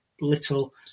little